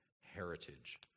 heritage